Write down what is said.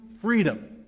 freedom